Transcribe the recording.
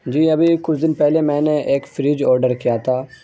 جی ابھی کچھ دن پہلے میں نے ایک فریج آرڈر کیا تھا